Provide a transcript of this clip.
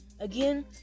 Again